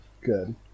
Good